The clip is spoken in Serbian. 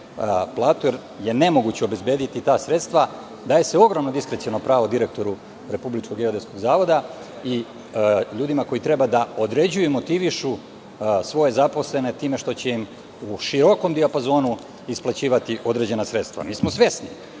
jer je nemoguće obezbediti ta sredstva. Daje se ogromno diskreciono pravo direktoru RGZ, i ljudima koji treba da određuju i motivišu svoje zaposlene, time što će u širokom dijapazonu isplaćivati određena sredstva. Mi smo svesni